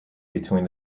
between